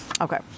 Okay